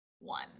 one